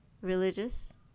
religious